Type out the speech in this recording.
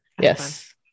yes